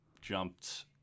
jumped